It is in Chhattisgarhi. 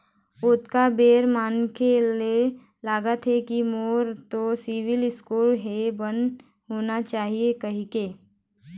ओतका बेर मनखे ल लगथे के मोर तो सिविल स्कोर ह बने होना चाही कहिके